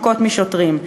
מכות משוטרים,